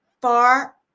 far